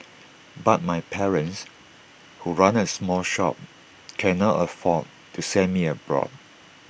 but my parents who run A small shop cannot afford to send me abroad